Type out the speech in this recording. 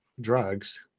drugs